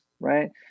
right